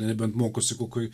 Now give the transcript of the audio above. nebent mokosi kokioj